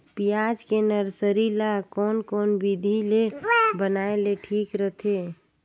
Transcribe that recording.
पियाज के नर्सरी ला कोन कोन विधि ले बनाय ले ठीक रथे?